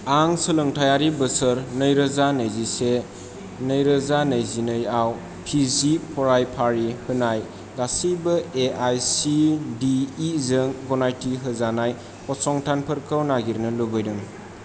आं सोलोंथायारि बोसोर नैरोजा नैजिसे नैरोजा नैजिनैआव पिजि फरायफारि होनाय गासिबो एआइसिटिइ जों गनायथि होजानाय फसंथानफोरखौ नागिरनो लुबैदों